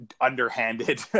underhanded